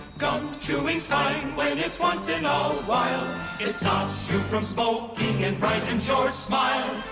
gum-chewing's fine when it's once in a while. it stops you from smoking and brightens your smile.